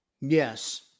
Yes